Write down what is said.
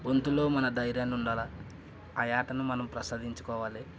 గొంతులో మన దైర్యముండాలి ఆయా ఆటను మనం ప్రసాదించుకోవాలి